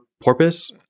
porpoise